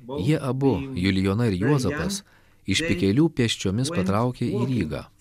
jie abu julijona ir juozapas iš pikelių pėsčiomis patraukė į rygą